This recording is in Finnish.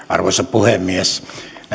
arvoisa puhemies näitä